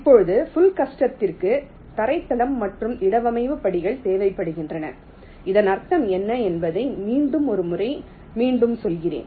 இப்போது புள் கஸ்டத்திற்கு தரைத்தளம் மற்றும் இடவமைவு படிகள் தேவைப்படுகின்றன இதன் அர்த்தம் என்ன என்பதை மீண்டும் ஒரு முறை மீண்டும் சொல்கிறேன்